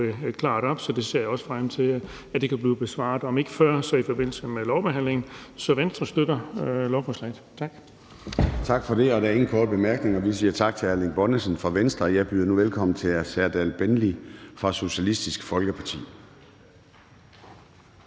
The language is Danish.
opklare det, så det ser jeg også frem til kan blive besvaret, om ikke før, så i forbindelse med lovbehandlingen. Så Venstre støtter lovforslaget. Tak. Kl. 17:17 Formanden (Søren Gade): Tak for det. Der er ingen korte bemærkninger, og vi siger tak til hr. Erling Bonnesen fra Venstre. Jeg byder nu velkommen til hr. Serdal Benli fra Socialistisk Folkeparti.